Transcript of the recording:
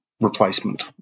replacement